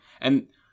And-